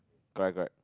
correct correct